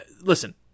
listen